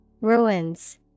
Ruins